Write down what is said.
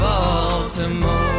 Baltimore